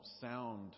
sound